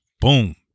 Boom